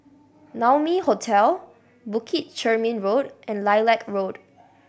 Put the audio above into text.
Naumi Hotel Bukit Chermin Road and Lilac Road